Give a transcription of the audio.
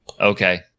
Okay